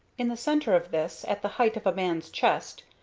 in the centre of this, at the height of a man's chest,